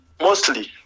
mostly